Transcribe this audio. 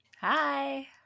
hi